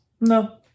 No